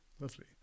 lovely